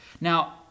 Now